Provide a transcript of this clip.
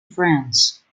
france